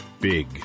big